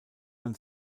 man